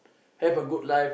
have a good life